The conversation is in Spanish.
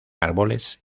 árboles